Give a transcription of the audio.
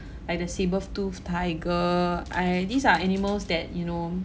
like the saber toothed tiger I these are animals that you know